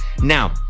Now